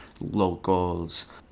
locals